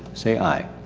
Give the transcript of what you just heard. say aye.